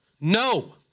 No